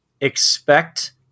expect